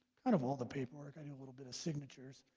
kind of all the paper a like i mean little bit of signatures